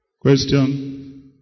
Question